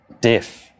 deaf